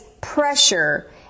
pressure